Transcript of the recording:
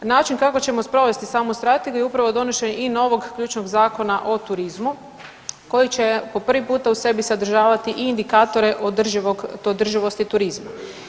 Način kako ćemo sprovesti samu strategiju je upravo donošenje i novog ključnog Zakona o turizmu koji će po prvi puta u sebi sadržavati i indikatore održivog, održivosti turizma.